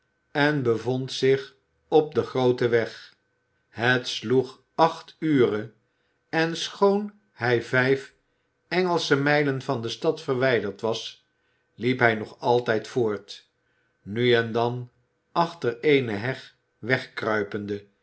en bevond zich op den grooten weg het sloeg acht ure en schoon hij vijf engelsche mijlen van de stad verwijderd was liep hij nog altijd voort nu en dan achter eene heg